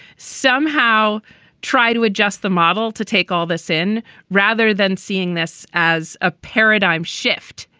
somehow try to adjust the model to take all this in rather than seeing this as a paradigm shift.